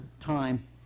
time